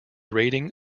rating